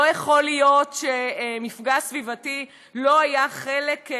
לא יכול להיות שמפגע סביבתי לא היה חלק,